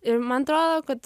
ir man atrodo kad